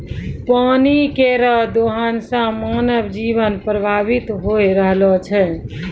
पानी केरो दोहन सें मानव जीवन प्रभावित होय रहलो छै